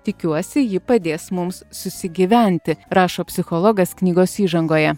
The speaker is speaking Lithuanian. tikiuosi ji padės mums susigyventi rašo psichologas knygos įžangoje